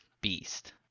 Beast